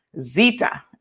Zeta